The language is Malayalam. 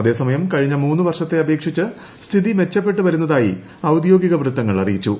അതേസമയം കഴിഞ്ഞ മൂന്ന് വർഷത്തെ അപേക്ഷിച്ച് സ്ഥിതി മെച്ചപ്പെട്ട് വരുന്നതായി ഔദ്യോഗിക വൃത്തങ്ങൾ അറിയിച്ചു